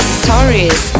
stories